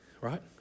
Right